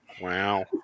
Wow